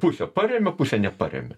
pusė parėmė pusė neparėmė